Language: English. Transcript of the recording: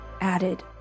added